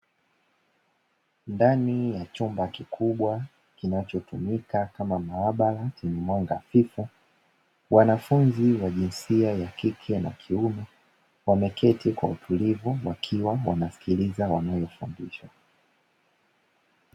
Ndani ya chumba kikubwa kinachotumika kama maabara chenye mwanga hafifu, wanafunzi wenye jinsia ya kike na ya kiume wameketi kwa utulivu wakiwa wanasikiliza wanayofundishwa.